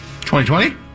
2020